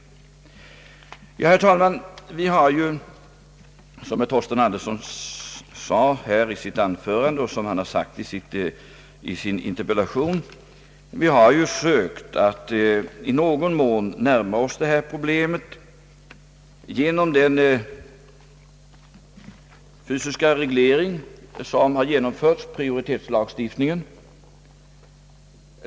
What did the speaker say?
Herr talman! Vi har ju, som herr Torsten Andersson sade i sitt anförande och som han har uttalat i sin interpellation, sökt att i någon mån närma oss detta problem genom den fysiska reglering som har gjorts, prioritetslagstiftningen.